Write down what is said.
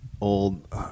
old –